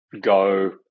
go